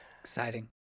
Exciting